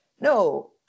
no